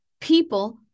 People